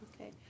Okay